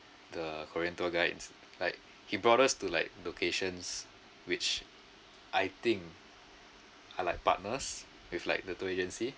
the korean tour guides like he brought us to like locations which I think are like partners with like the tour agency